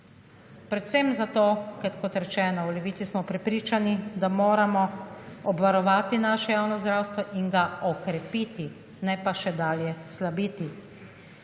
Predvsem, zato ker kot rečeno v Levici smo prepričani, da moramo obvarovati naše javno zdravstvo in ga okrepiti ne pa še dalje slabiti.